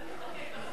אני רואה אותך,